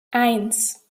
eins